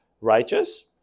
righteous